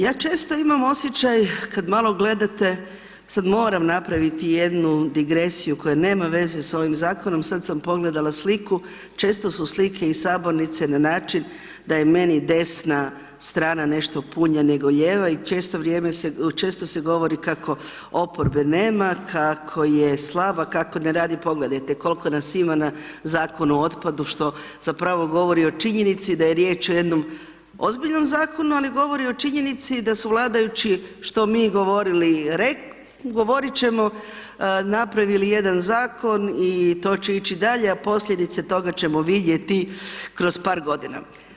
Ja često imam osjećaj, kada malo gledate, sada moram napraviti jednu digresiju koja nema veze sa ovim zakonom, sada sam pogledala sliku, često su slike iz sabornice na način da je meni desna strana nešto punija nego lijeva i često se govori kako oporbe nema, kako je slaba, kako ne radi, pogledajte koliko nas ima na Zakonu o otpadu što zapravo govori o činjenici da je riječ o jednom ozbiljnom zakonu ali govori i o činjenici da su vladajući što mi govorili, govoriti ćemo, napravili jedan zakon i to će ići dalje a posljedice toga ćemo vidjeti kroz par godina.